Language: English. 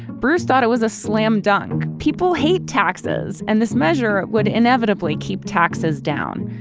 bruce thought it was a slam dunk. people hate taxes, and this measure would inevitably keep taxes down.